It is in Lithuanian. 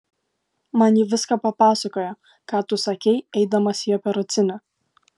man ji viską papasakojo ką tu sakei eidamas į operacinę